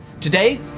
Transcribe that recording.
Today